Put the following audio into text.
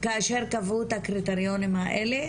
כאשר קבעו את הקריטריונים האלה,